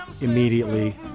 immediately